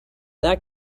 that